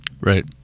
Right